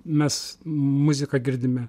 mes muziką girdime